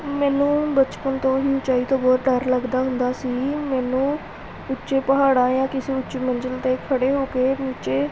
ਮੈਨੂੰ ਬਚਪਨ ਤੋਂ ਹੀ ਉਚਾਈ ਤੋਂ ਬਹੁਤ ਡਰ ਲੱਗਦਾ ਹੁੰਦਾ ਸੀ ਮੈਨੂੰ ਉੱਚੇ ਪਹਾੜਾਂ ਜਾਂ ਕਿਸੇ ਉੱਚੀ ਮੰਜ਼ਿਲ 'ਤੇ ਖੜ੍ਹੇ ਹੋ ਕੇ ਨੀਚੇ